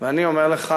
ואני אומר לך,